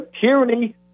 tyranny